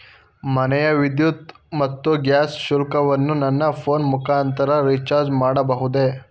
ಮನೆಯ ವಿದ್ಯುತ್ ಮತ್ತು ಗ್ಯಾಸ್ ಶುಲ್ಕವನ್ನು ನನ್ನ ಫೋನ್ ಮುಖಾಂತರ ರಿಚಾರ್ಜ್ ಮಾಡಬಹುದೇ?